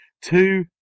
two